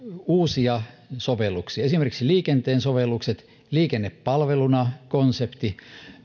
uusia sovelluksia esimerkiksi liikenteen sovelluksia liikenne palveluna konseptia